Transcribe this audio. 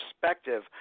perspective